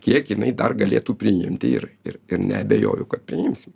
kiek jinai dar galėtų priimti ir ir ir neabejoju kad priimsim